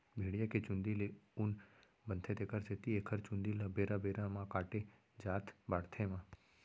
भेड़िया के चूंदी ले ऊन बनथे तेखर सेती एखर चूंदी ल बेरा बेरा म काटे जाथ बाड़हे म